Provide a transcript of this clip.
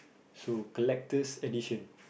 so collectors' edition